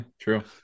true